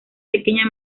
pequeña